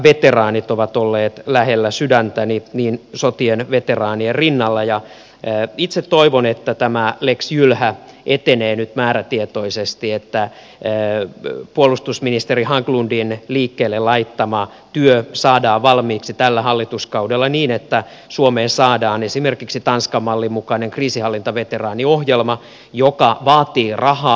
kriisinhallintaveteraanit ovat olleet lähellä sydäntäni sotien veteraanien rinnalla ja itse toivon että tämä lex jylhä etenee nyt määrätietoisesti ja että puolustusministeri haglundin liikkeelle laittama työ saadaan valmiiksi tällä hallituskaudella niin että suomeen saadaan esimerkiksi tanskan mallin mukainen kriisinhallintaveteraaniohjelma joka vaatii rahaa